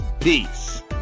Peace